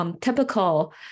Typical